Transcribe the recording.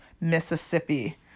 Mississippi